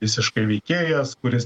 visiškai veikėjas kuris